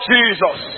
Jesus